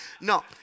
No